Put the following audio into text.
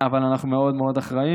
אבל אנחנו מאוד מאוד אחראיים,